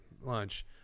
lunch